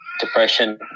depression